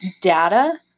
data